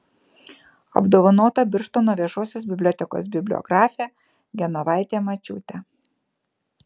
apdovanota birštono viešosios bibliotekos bibliografė genovaitė mačiūtė